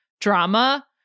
drama